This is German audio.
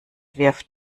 wirft